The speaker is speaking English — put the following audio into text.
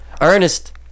Ernest